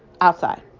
outside